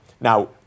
Now